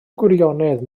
gwirionedd